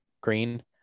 green